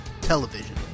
television